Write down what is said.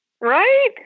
Right